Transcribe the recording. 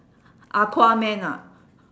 aquaman ah